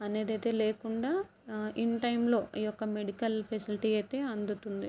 అనేది అయితే లేకుండా ఇన్ టైంలో ఈ యొక్క మెడికల్ ఫెసిలిటీ అయితే అందుతుంది